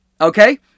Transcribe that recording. Okay